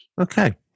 Okay